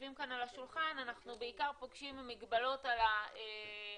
יושבים כאן על השולחן אנחנו בעיקר פוגשים מגבלות על הצעירים